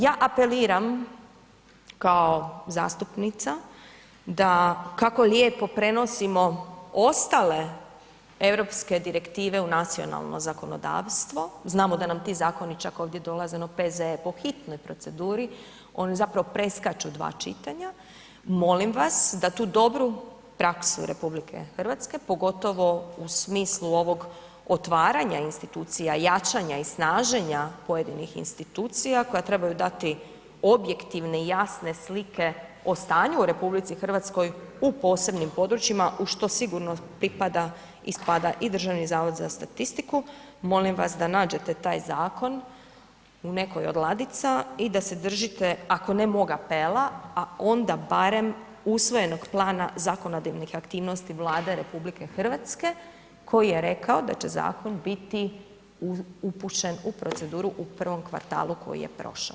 Ja apeliram kao zastupnica da, kako lijepo prenosimo ostale europske direktive u nacionalno zakonodavstvo, znamo da nam ti zakoni čak ovdje dolaze ono P.Z.E. po hitnoj proceduri, oni zapravo preskaču 2 čitanja, molim vas da tu dobru praksu RH pogotovo u smislu ovog otvaranja institucija, jačanja i snaženja pojedinih institucija koja trebaju dati objektivne i jasne slike o stanju u RH u posebnim područjima u što sigurno pripada i spada i Državni zavod za statistiku, molim vas da nađete taj zakon u nekoj od ladica i da se držite, ako ne mog apela a onda barem usvojenog plana zakonodavnih aktivnosti Vlade RH koji je rekao da će zakon bi upućen u proceduru u prvom kvartalu koji je prošao.